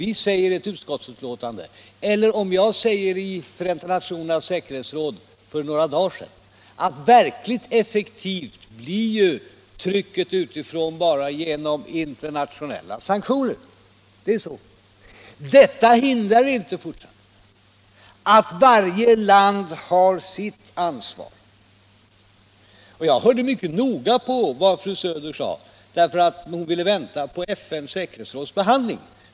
Vi skriver i ett utskottsbetänkande och jag sade i Förenta nationernas säkerhetsråd för några dagar sedan, att verkligt effektivt blir trycket utifrån bara genom internationella sanktioner. Men, fru Söder, detta hindrar inte att varje land har sitt ansvar. Jag lyssnade mycket noga på vad fru Söder sade om att hon ville vänta på behandlingen i FN:s säkerhetsråd.